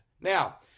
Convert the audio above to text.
Now